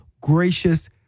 gracious